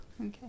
Okay